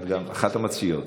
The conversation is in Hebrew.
את גם אחת המציעות.